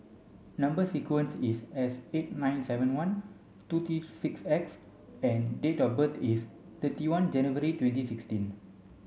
number sequence is S eight nine seven one two three six X and date of birth is thirty one January twenty sixteen